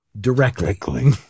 directly